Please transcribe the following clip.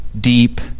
deep